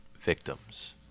victims